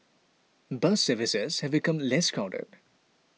bus services have become less crowded